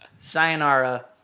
Sayonara